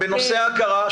יש --- בנושא ההכרה,